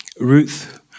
Ruth